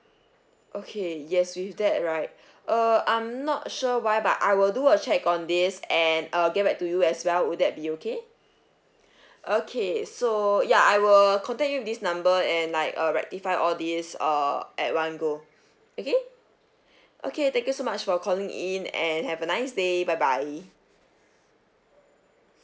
okay yes with that right err I'm not sure why but I will do a check on this and uh get back to you as well would that be okay okay so ya I will contact you with this number and like uh rectify all this err at one go okay okay thank you so much for calling in and have a nice day bye bye